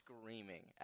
screaming